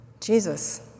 Jesus